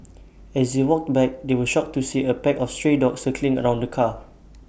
as they walked back they were shocked to see A pack of stray dogs circling around the car